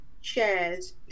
shares